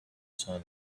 sun